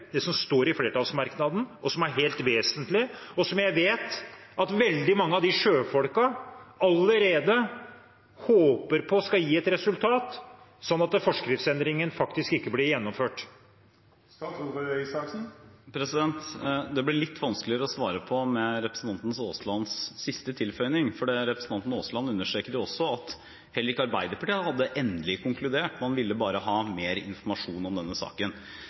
det som står i flertallsmerknaden, som er helt vesentlig, og som jeg vet at veldig mange av de sjøfolkene allerede håper på skal gi et resultat: at forskriftsendringen faktisk ikke blir gjennomført? Det blir litt vanskeligere å svare på med representanten Aaslands siste tilføyelse, for representanten Aasland understreket at heller ikke Arbeiderpartiet hadde endelig konkludert, man ville bare ha mer informasjon om denne saken.